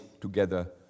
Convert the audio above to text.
together